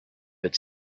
its